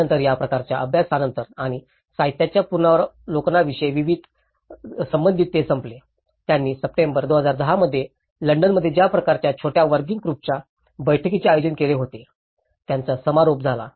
त्यानंतर या प्रकरणांच्या अभ्यासानंतर आणि साहित्याच्या पुनरावलोकनांशी संबंधित ते संपले त्यांनी सप्टेंबर 2010 मध्ये लंडनमध्ये ज्या प्रकारच्या छोट्या वर्किंग ग्रुपच्या बैठकीचे आयोजन केले होते त्यांचा समारोप झाला